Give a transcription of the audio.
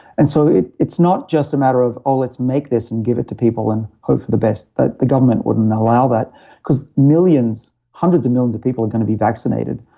and so it's not just a matter of oh, let's make this and give it to people and hope for the best. the the government wouldn't allow that because millions, hundreds of millions of people are going to be vaccinated.